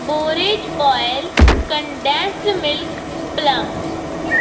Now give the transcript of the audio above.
borage oil condense milk plum